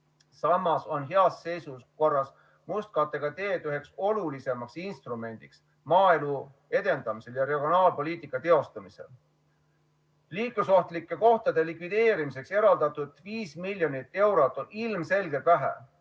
Samas on heas seisukorras mustkattega teed üheks olulisemaks instrumendiks maaelu edendamisel ja regionaalpoliitika teostamisel. Liiklusohtlike kohtade likvideerimiseks eraldatud 5 miljonit eurot on ilmselgelt vähe.